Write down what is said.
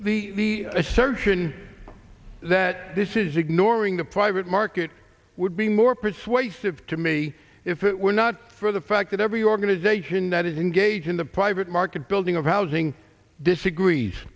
the assertion that this is ignoring the private market would be more persuasive to me if it were not for the fact that every organization that is engaged in the private market building of housing disagrees